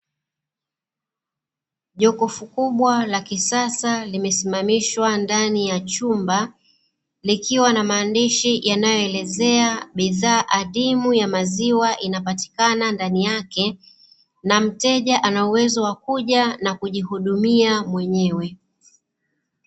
Jokofu kubwa la kisasa limesimamishwa ndani ya chumba, likiwa na maandishi yanayoelezea bidhaa adimu ya maziwa inapatikana ndani yake na mteja anauwezo wakuja na kujihudumia mwenyewe.